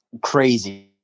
crazy